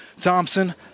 Thompson